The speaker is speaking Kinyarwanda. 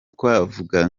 twavuga